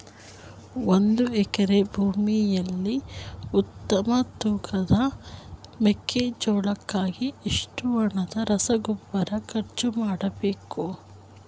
ಒಂದು ಎಕರೆ ಭೂಮಿಯಲ್ಲಿ ಉತ್ತಮ ತೂಕದ ಮೆಕ್ಕೆಜೋಳಕ್ಕಾಗಿ ಎಷ್ಟು ಹಣದ ರಸಗೊಬ್ಬರ ಖರ್ಚು ಮಾಡಬೇಕು?